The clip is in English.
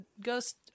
ghost